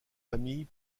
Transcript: familles